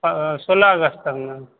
सोलह अगस्त तक ने